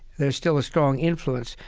there's still a strong influence.